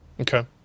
Okay